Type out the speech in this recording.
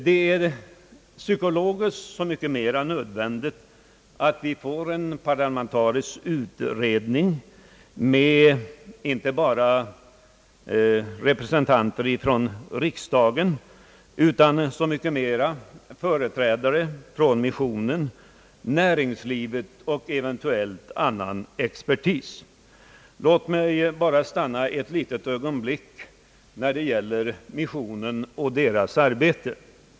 Därför är det psykologiskt så mycket mera nödvändigt att vi får en parlamentarisk utredning men inte bara med representanter från riksdagen utan även med företrädare från missionen och näringslivet samt eventuellt annan expertis. Låt mig stanna ett ögonblick vid missionen och dess arbete.